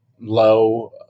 low